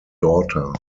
daughter